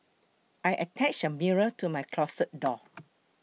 I attached a mirror to my closet door